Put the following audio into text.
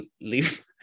leave